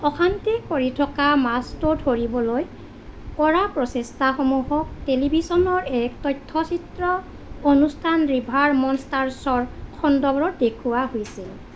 অশান্তি কৰি থকা মাছটো ধৰিবলৈ কৰা প্ৰচেষ্টাসমূহক টেলিভিছনৰ এক তথ্যচিত্ৰ অনুষ্ঠান ৰিভাৰ মনষ্টাৰছৰ খণ্ডবোৰত দেখুওৱা হৈছিল